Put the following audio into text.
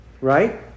right